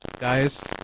guys